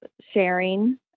sharing